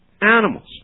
animals